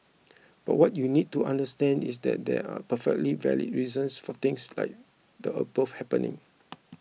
but what you need to understand is that there are perfectly valid reasons for things like the above happening